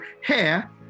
hair